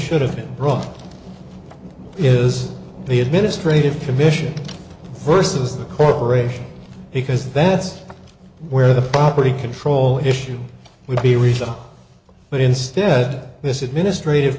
should have been brought is the administrative commission versus the corporation because that's where the property control issue would be resolved but instead this administrati